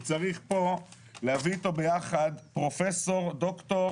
הוא צריך כאן להביא אתו ביחד פרופסור ודוקטור